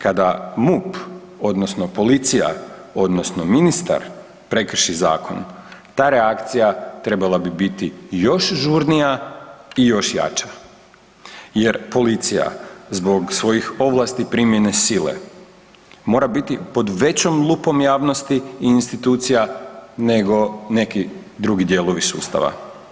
Kada MUP odnosno policija odnosno ministar prekrši zakon ta reakcija trebala bi biti još žurnija i još jača, jer policija zbog svojih ovlasti primjene sile mora biti pod većom lupom javnosti i institucija nego neki drugi dijelovi sustava.